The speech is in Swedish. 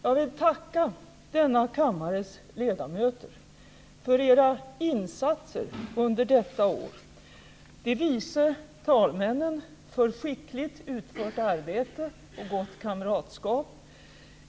Jag vill tacka denna kammares ledamöter för era insatser detta år och de vice talmännen för skickligt utfört arbete och gott kamratskap.